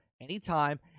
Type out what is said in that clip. anytime